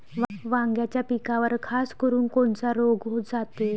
वांग्याच्या पिकावर खासकरुन कोनचा रोग जाते?